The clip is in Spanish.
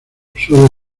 suele